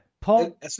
Paul